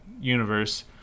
universe